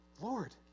Lord